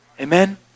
Amen